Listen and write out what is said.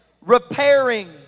repairing